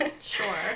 Sure